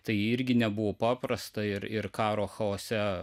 tai irgi nebuvo paprasta ir ir karo chaose